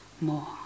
more